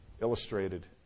Illustrated